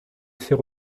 ces